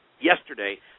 yesterday